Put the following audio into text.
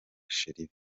cherie